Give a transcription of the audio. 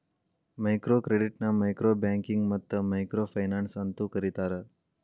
micro ಕ್ರೆಡಿಟ್ನ micro banking ಮತ್ತ micro finance ಅಂತೂ ಕರಿತಾರ